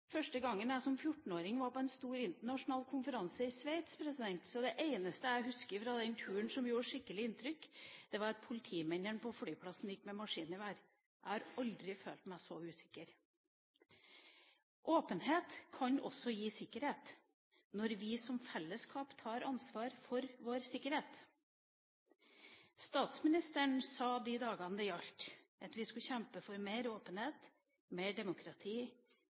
jeg første gang, som 14-åring, var på en stor internasjonal konferanse i Sveits, er det eneste jeg husker fra turen, og som gjorde skikkelig inntrykk, at politimennene på flyplassen gikk med maskingevær. Jeg har aldri følt meg så usikker. Åpenhet kan også gi sikkerhet når vi som fellesskap tar ansvar for vår sikkerhet. Statsministeren sa i de dagene det gjaldt, at vi skal kjempe for mer åpenhet, mer demokrati